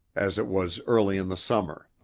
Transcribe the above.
as it was early in the summer.